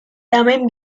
tamen